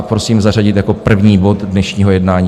Prosím zařadit jako první bod dnešního jednání.